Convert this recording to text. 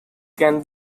can